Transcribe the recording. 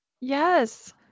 Yes